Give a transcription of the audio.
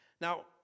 Now